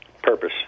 purpose